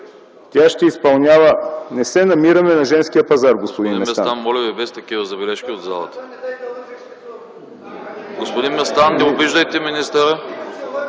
Тя ще изпълнява ... Не се намираме на Женския пазар, господин Местан!